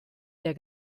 der